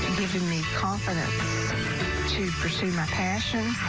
giving me confidence to pursue my passion.